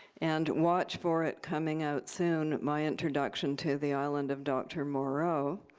and watch for it coming out soon, my introduction to the island of dr. moreau.